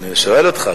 אני שואל אותך.